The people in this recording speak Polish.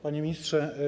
Panie Ministrze!